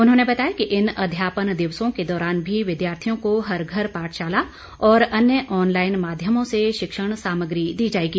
उन्होंने बताया कि इन अध्यापन दिवसों के दौरान भी विद्यार्थियों को हर घर पाठशाला और अन्य ऑनलाईन माध्यमों से शिक्षण सामग्री दी जाएगी